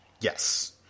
Yes